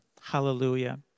Hallelujah